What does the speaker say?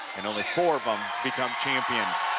and only four of them become champions.